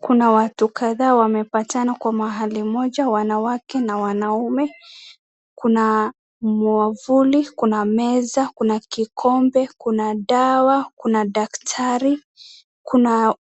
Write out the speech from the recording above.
Kuna watu kadhaa wamepatana kwa mahali moja wanawake na wanaume, kuna mwavuli kuna meza kuna kikombe, kuna dawa kuna daktari kuna